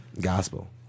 gospel